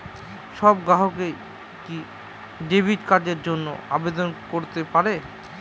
সব গ্রাহকই কি ডেবিট কার্ডের জন্য আবেদন করতে পারে?